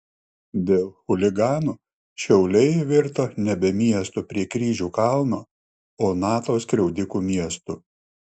dėl chuliganų šiauliai virto nebe miestu prie kryžių kalno o nato skriaudikų miestu